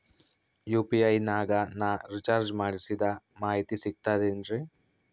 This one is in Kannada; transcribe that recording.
ಯು.ಪಿ.ಐ ನಾಗ ನಾ ರಿಚಾರ್ಜ್ ಮಾಡಿಸಿದ ಮಾಹಿತಿ ಸಿಕ್ತದೆ ಏನ್ರಿ?